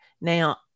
now